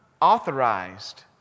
authorized